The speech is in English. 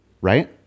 right